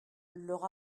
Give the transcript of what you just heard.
leur